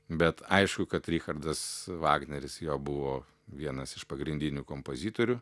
bet aišku kad richardas vagneris jo buvo vienas iš pagrindinių kompozitorių